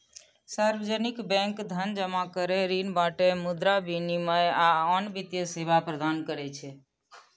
सार्वजनिक बैंक धन जमा करै, ऋण बांटय, मुद्रा विनिमय, आ आन वित्तीय सेवा प्रदान करै छै